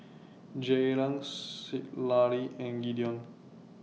Jaylen Citlalli and Gideon